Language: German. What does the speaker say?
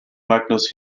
magnus